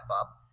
up